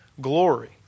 glory